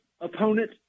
opponent